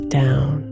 down